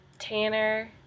Tanner